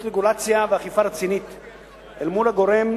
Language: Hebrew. רגולציה ואכיפה רצינית אל מול הגורם